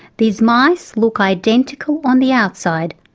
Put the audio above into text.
these mice look identical on the outside,